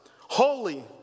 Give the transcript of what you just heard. holy